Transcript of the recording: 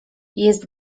jest